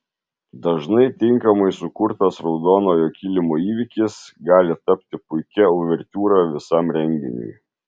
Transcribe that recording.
dažnai tinkamai sukurtas raudonojo kilimo įvykis gali tapti puikia uvertiūra visam renginiui